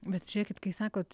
bet žiūrėkit kai sakot